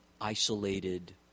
isolated